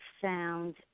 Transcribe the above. found